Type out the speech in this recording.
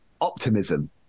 optimism